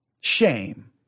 Shame